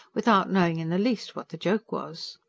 without knowing in the least what the joke was.